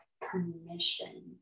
permission